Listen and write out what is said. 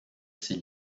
ses